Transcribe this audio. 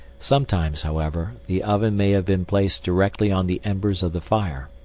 sometimes, however, the oven may have been placed directly on the embers of the fire.